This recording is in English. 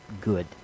good